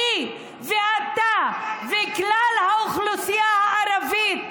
לי ולך ולכלל האוכלוסייה הערבית,